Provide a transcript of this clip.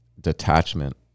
detachment